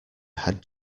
had